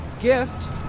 gift